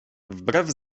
wbrew